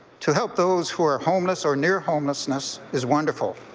to help those who are homeless or near homelessness is wonderful,